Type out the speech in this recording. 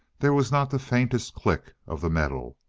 there was not the faintest click of the metal.